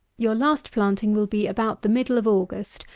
your last planting will be about the middle of august,